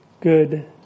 good